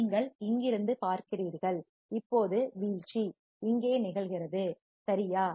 நீங்கள் இங்கிருந்து பார்க்கிறீர்கள் இப்போது வீழ்ச்சி இங்கே நிகழ்கிறது சரியா